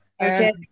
Okay